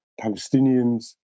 Palestinians